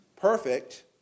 Perfect